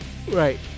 Right